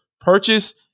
purchase